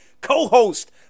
co-host